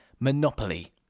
Monopoly